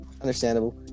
Understandable